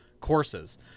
courses